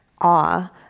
awe